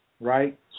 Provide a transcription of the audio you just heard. right